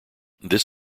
this